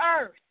earth